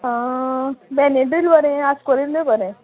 Benadryl बरें आस्कोरीलय बरें